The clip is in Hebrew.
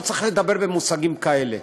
לא צריך לדבר במושגים כאלה.